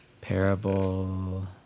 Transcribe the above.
Parable